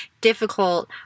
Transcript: difficult